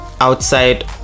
outside